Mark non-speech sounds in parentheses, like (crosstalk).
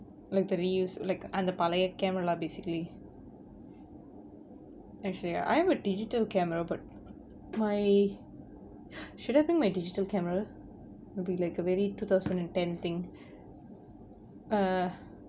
like the reuse like அந்த பழைய:antha palaiya camera lah basically actually I've a digital camera but my (noise) should I bring my digital camera will be like a very two thousand and ten thing err